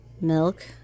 Milk